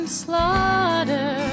slaughter